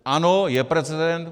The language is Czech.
Ano, je precedent.